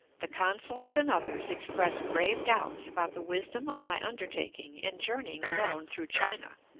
the consuls and others express grave doubts about the wisdom of my undertaking in journeying alone through china,